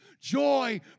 joy